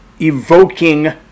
evoking